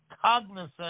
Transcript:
cognizant